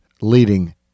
leading